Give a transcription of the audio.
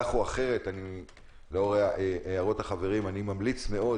כך או אחרת, לאור הערות החברים, אני ממליץ מאוד